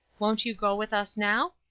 won't you go with us now?